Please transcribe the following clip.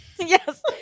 Yes